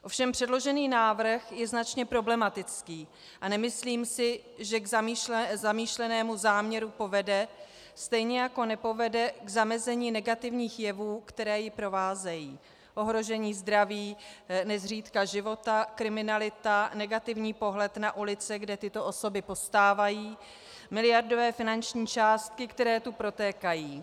Ovšem předložený návrh je značně problematický a nemyslím si, že k zamýšlenému záměru povede, stejně jako nepovede k zamezení negativních jevů, které ji provázejí: ohrožení zdraví, nezřídka života, kriminalita, negativní pohled na ulice, kde tyto osoby postávají, miliardové finanční částky, které tu protékají.